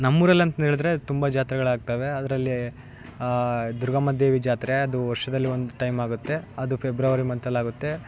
ನಮ್ಮೂರಲ್ಲಿ ಅಂತದ್ದು ಹೇಳಿದರೆ ತುಂಬ ಜಾತ್ರೆಗಳಾಗ್ತವೆ ಅದರಲ್ಲಿ ದುರ್ಗಮ್ಮ ದೇವಿ ಜಾತ್ರೆ ಅದು ವರ್ಷದಲ್ಲಿ ಒಂದು ಟೈಮ್ ಆಗುತ್ತೆ ಅದು ಫೆಬ್ರವರಿ ಮಂತಲ್ಲಿ ಆಗುತ್ತೆ